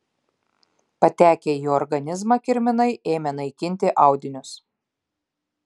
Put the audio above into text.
patekę į organizmą kirminai ėmė naikinti audinius